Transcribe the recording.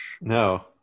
No